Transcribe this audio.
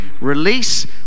release